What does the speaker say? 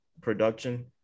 production